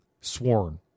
sworn